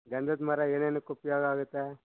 ಗಂಧದ ಮರ ಏನೇನಕ್ಕೆ ಉಪಯೋಗ ಆಗುತ್ತೆ